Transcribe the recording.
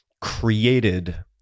created